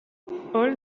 all